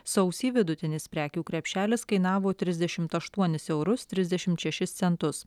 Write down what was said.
sausį vidutinis prekių krepšelis kainavo trisdešimt aštuonis eurus trisdešimt šešis centus